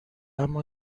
اما